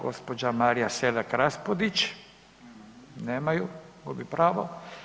Gospođa Marija Selak Raspudić, nema ju, gubi pravo.